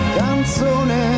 canzone